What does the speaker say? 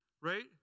right